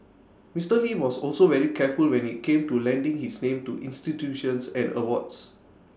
Mister lee was also very careful when IT came to lending his name to institutions and awards